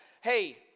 hey